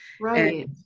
Right